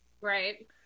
Right